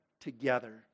together